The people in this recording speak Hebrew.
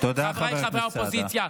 חבריי חברי האופוזיציה,